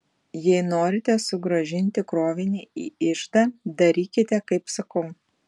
jei norite sugrąžinti krovinį į iždą darykite kaip sakau